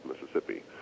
mississippi